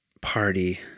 party